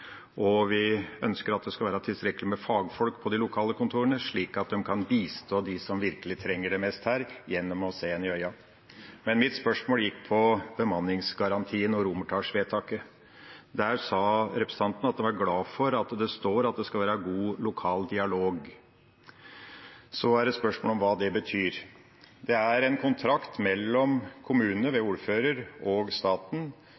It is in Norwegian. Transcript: og vi ønsker at det skal være tilstrekkelig med fagfolk på de lokale kontorene, slik at de kan bistå dem som virkelig trenger det mest der, ved å se dem i øynene. Mitt spørsmål handler om bemanningsgarantien og romertallsvedtaket. Der sa representanten at han er glad for at det står at det skal være god lokal dialog. Så er det et spørsmål om hva det betyr. Det er en kontrakt mellom kommunene ved ordfører og staten